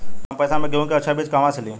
कम पैसा में गेहूं के अच्छा बिज कहवा से ली?